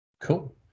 cool